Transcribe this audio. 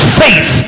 faith